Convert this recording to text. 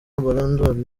ballon